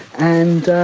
and, ah,